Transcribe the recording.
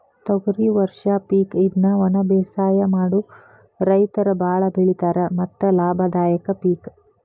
ತೊಗರಿ ವರ್ಷ ಪಿಕ್ ಇದ್ನಾ ವನಬೇಸಾಯ ಮಾಡು ರೈತರು ಬಾಳ ಬೆಳಿತಾರ ಮತ್ತ ಲಾಭದಾಯಕ ಪಿಕ್